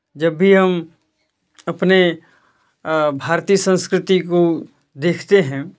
जब भी हम अपने भारतीय संस्कृति को देखते हैं